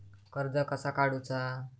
कर्ज कसा काडूचा?